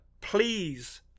Please